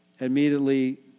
Immediately